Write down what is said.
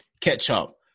ketchup